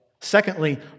Secondly